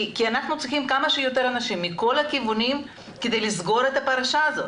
כי אנחנו צריכים כמה שיותר אנשים מכל הכיוונים כדי לסגור את הפרשה הזאת,